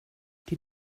die